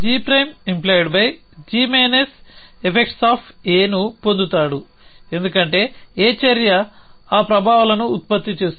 అతను g'⟵g effects ను పొందుతాడు ఎందుకంటే A చర్య ఆ ప్రభావాలను ఉత్పత్తి చేస్తుంది